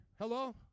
Hello